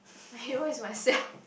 my hero is myself